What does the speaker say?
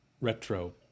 retro